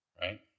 right